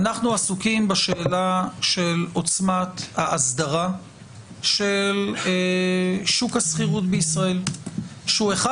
אנחנו עסוקים בשאלה של עוצמת ההסדרה של שוק השכירות בישראל שהוא אחד